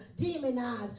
demonized